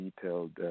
detailed